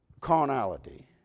carnality